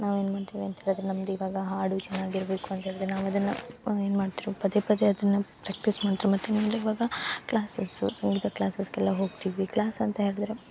ನಾವು ಏನು ಮಾಡ್ತೀವಿ ಅಂತ ಹೇಳಿದ್ರೆ ನಮ್ದು ಇವಾಗ ಹಾಡು ಚೆನ್ನಾಗಿ ಇರಬೇಕು ಅಂತ ಹೇಳಿದ್ರೆ ನಾವು ಅದನ್ನು ಏನು ಮಾಡ್ತ್ರು ಪದೇ ಪದೇ ಅದನ್ನು ಪ್ರ್ಯಾಕ್ಟೀಸ್ ಮಾಡ್ತ್ರು ಮತ್ತು ಇವಾಗ ಕ್ಲಾಸಸ್ಸು ಸಂಗೀತ ಕ್ಲಾಸಸ್ಗೆಲ್ಲ ಹೋಗ್ತೀವಿ ಕ್ಲಾಸ್ ಅಂತ ಹೇಳಿದ್ರೆ